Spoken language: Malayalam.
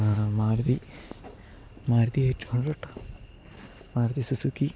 Maruti Maruti eight hundred Maruti Suzuki